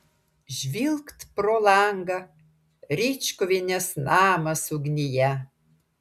žvilgt pro langą ričkuvienės namas ugnyje